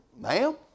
ma'am